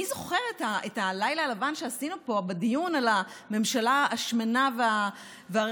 מי זוכר את הלילה הלבן שעשינו פה בדיון על הממשלה השמנה והרחבה?